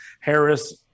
harris